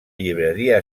llibreria